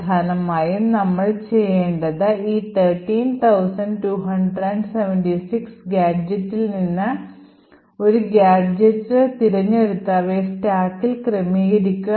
പ്രധാനമായും നമ്മൾ ചെയ്യേണ്ടത് ഈ 13276 gadgetsൽ നിന്ന് ഒരു ഗാഡ്ജെറ്റ് തിരഞ്ഞെടുത്ത് അവയെ സ്റ്റാക്കിൽ ക്രമീകരിക്കുക